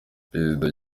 perezida